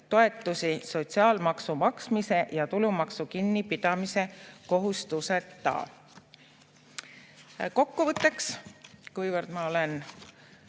toetusi sotsiaalmaksu maksmise ja tulumaksu kinnipidamise kohustuseta. Kokkuvõtteks, kuivõrd ma olen